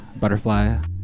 butterfly